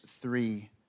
three